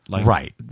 Right